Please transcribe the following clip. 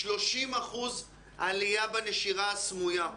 30% עליה בנשירה הסמויה.